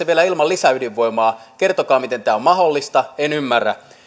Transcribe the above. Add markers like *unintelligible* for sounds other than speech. *unintelligible* vielä ilman lisäydinvoimaa kertokaa miten tämä on mahdollista en ymmärrä